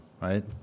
right